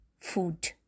food